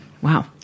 Wow